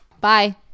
bye